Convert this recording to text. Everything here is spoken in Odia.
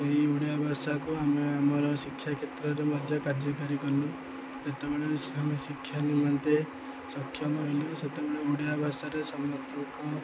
ଏହି ଓଡ଼ିଆ ଭାଷାକୁ ଆମେ ଆମର ଶିକ୍ଷା କ୍ଷେତ୍ରରେ ମଧ୍ୟ କାର୍ଯ୍ୟକାରୀ କଲୁ ଯେତେବେଳେ ଆମେ ଶିକ୍ଷା ନିମନ୍ତେ ସକ୍ଷମ ହେଲୁ ସେତେବେଳେ ଓଡ଼ିଆ ଭାଷାରେ ସମସ୍ତଙ୍କ